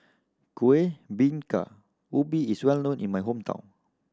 Kueh Bingka Ubi is well known in my hometown